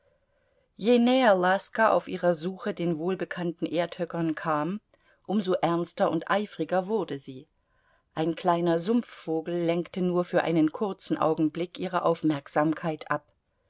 je näher laska auf ihrer suche den wohlbekannten erdhöckern kam um so ernster und eifriger wurde sie ein kleiner sumpfvogel lenkte nur für einen kurzen augenblick ihre aufmerksamkeit ab